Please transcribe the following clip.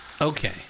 Okay